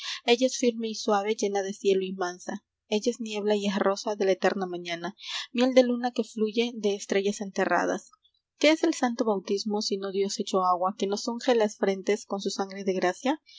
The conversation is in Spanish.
ella es firme y suave llena de cielo y mansa ella es niebla y es rosa de la eterna mañana miel de luna que fluye de estrellas enterradas qué es el santo bautismo sino dios hecho agua que nos unge las frentes con su sangre de gracia